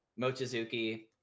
mochizuki